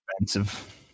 Expensive